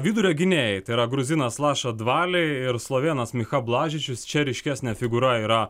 vidurio gynėjai tai yra gruzinas laša dvali ir slovėnas micha blažičius čia ryškesnė figūra yra